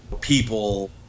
people